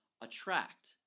attract